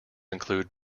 include